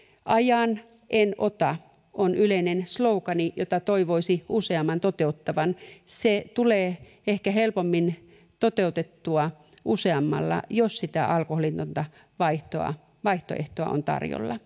ajan en ota on yleinen slougani jota toivoisi useamman toteuttavan se tulee ehkä helpommin toteutettua useammalla jos sitä alkoholitonta vaihtoehtoa on tarjolla